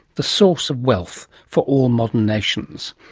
the source of wealth for all modern nations.